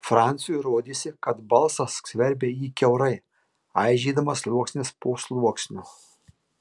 franciui rodėsi kad balsas skverbia jį kiaurai aižydamas sluoksnis po sluoksnio